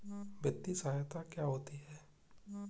वित्तीय सहायता क्या होती है?